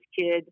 kid